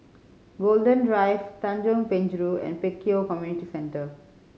Golden Drive Tanjong Penjuru and Pek Kio Community Centre